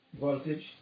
voltage